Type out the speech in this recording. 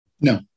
No